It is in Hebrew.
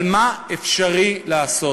על מה שאפשר לעשות.